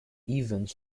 evans